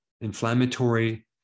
inflammatory